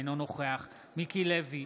אינו נוכח מיקי לוי,